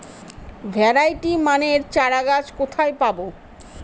Variety মানের চারাগাছ কোথায় পাবো?